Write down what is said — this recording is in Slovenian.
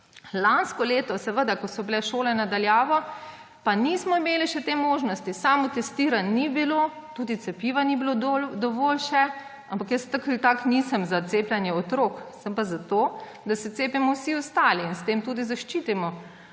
Lansko leto, ko so bile šole na daljavo, pa še nismo imeli te možnosti, samotestiranj ni bilo, tudi cepiva še ni bilo dovolj. Ampak jaz tako in tako nisem za cepljenje otrok, sem pa za to, da se cepimo vsi ostali in s tem zaščitimo